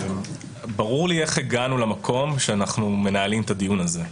ברור לי איך הגענו למקום שאנחנו מנהלים את הדיון הזה.